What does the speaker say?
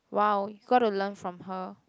wow you gotta learn from her